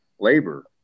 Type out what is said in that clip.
labor